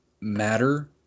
matter